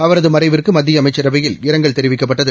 அவரது மறைவிற்கு மத்திய அமைச்சரவையில் இரங்கல் தெரிவிக்கப்பட்டகு